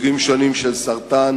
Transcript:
סוגים שונים של סרטן,